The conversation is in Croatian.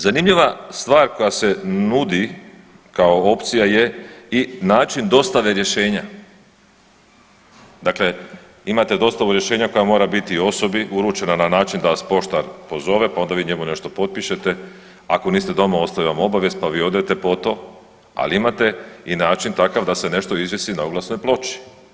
Zanimljiva stvar koja se nudi kao opcija je i način dostave rješenja, dakle imate dostavu rješenja koja mora biti osobi uručena na način da vas poštar pozove, pa onda vi njemu nešto potpišete, ako niste doma ostavi vam obavijest, pa vi odete po to, ali imate i način takav da se nešto izvisi na oglasnoj ploči.